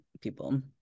people